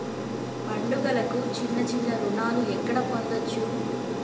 పండుగలకు చిన్న చిన్న రుణాలు ఎక్కడ పొందచ్చు?